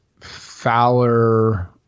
Fowler